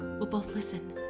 we'll both listen.